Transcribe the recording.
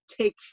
take